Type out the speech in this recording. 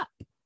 up